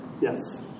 yes